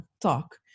talk